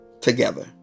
together